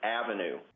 avenue